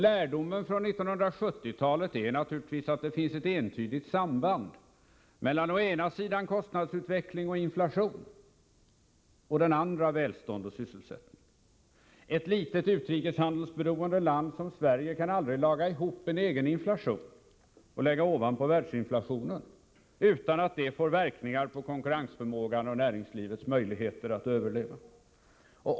Lärdomen från 1970-talet är naturligtvis att det finns ett entydigt samband mellan å ena sidan kostnadsutveckling och inflation och å andra sidan välstånd och sysselsättning. Ett litet utrikeshandelsberoende land som Sverige kan aldrig laga ihop en egen inflation och lägga den ovanpå världsinflationen utan att det får verkningar på konkurrensförmågan och på näringslivets möjligheter att överleva.